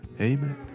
Amen